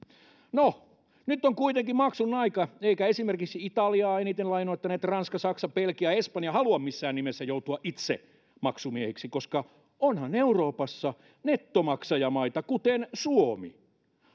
no nyt on kuitenkin maksun aika eivätkä esimerkiksi italiaa eniten lainoittaneet ranska saksa belgia ja espanja halua missään nimessä joutua itse maksumiehiksi koska onhan euroopassa nettomaksajamaita kuten suomi